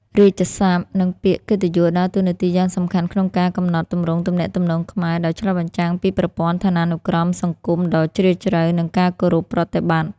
រាជសព្ទ និងពាក្យកិត្តិយសដើរតួនាទីយ៉ាងសំខាន់ក្នុងការកំណត់ទម្រង់ទំនាក់ទំនងខ្មែរ ដោយឆ្លុះបញ្ចាំងពីប្រព័ន្ធឋានានុក្រមសង្គមដ៏ជ្រាលជ្រៅ និងការគោរពប្រតិបត្តិ។